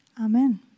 Amen